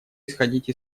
исходить